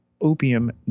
opium